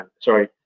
Sorry